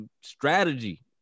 strategy